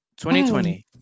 2020